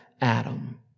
Adam